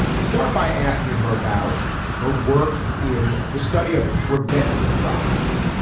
i start by asking her about her work in the study of preventing atrocities.